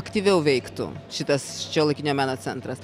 aktyviau veiktų šitas šiuolaikinio meno centras